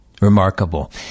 Remarkable